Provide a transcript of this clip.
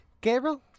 Gabriel